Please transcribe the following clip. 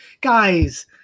Guys